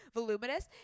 voluminous